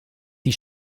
die